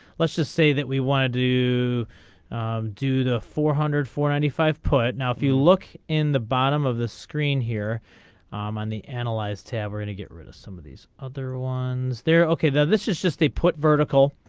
let's just say that we wanted to. do the four hundred for any five put now if you look. in the bottom of the screen here on the analyze tab we're gonna get rid of some of these. other ones there okay that this is just the put vertical.